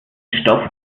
stoff